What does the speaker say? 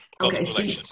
Okay